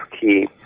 key